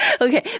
okay